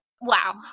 Wow